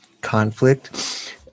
conflict